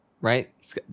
Right